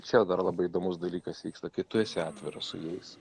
čia dar labai įdomus dalykas vyksta kai tu esi atviras su jais